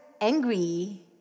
angry